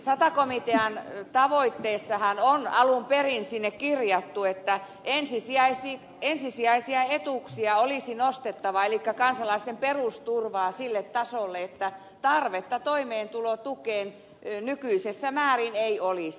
sata komitean tavoitteissahan on alun perin kirjattu että ensisijaisia etuuksia olisi nostettava elikkä kansalaisten perusturvaa sille tasolle että tarvetta toimeentulotukeen nykyisessä määrin ei olisi